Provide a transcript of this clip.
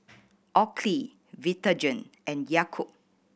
Oakley Vitagen and Yakult